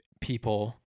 people